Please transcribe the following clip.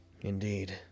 Indeed